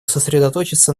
сосредоточиться